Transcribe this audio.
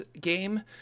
game